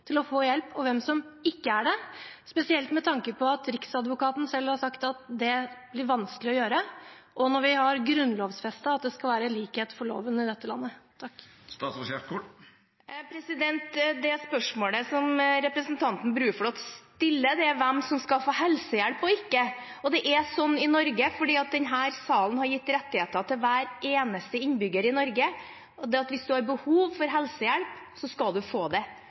til å få hjelp, og hvem som ikke er det – spesielt med tanke på at Riksadvokaten selv har sagt at det blir vanskelig å gjøre det, og når vi har grunnlovsfestet at det skal være likhet for loven i dette landet? Det spørsmålet representanten Bruflot stiller, er hvem som skal få helsehjelp og ikke, og det er sånn i Norge – fordi denne salen har gitt rettigheter til hver eneste innbygger i Norge – at hvis man har behov for helsehjelp, skal man få det.